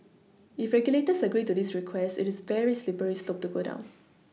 if regulators agree to this request it is a very slippery slope to go down